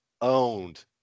owned